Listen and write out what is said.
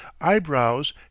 eyebrows